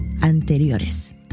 anteriores